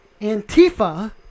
Antifa